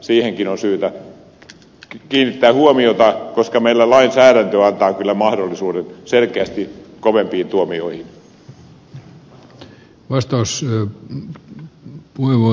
siihenkin on syytä kiinnittää huomiota koska meillä lainsäädäntö antaa kyllä mahdollisuuden selkeästi kovempiin tuomioihin